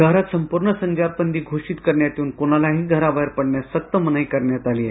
शहरात संपूर्ण संचारबंदी घोषित करण्यात येवून कुणालाही घराबाहेर पडण्यास सक्त मनाई करण्यात आली आहे